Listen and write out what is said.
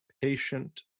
Patient